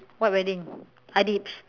what wedding Adib's